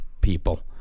people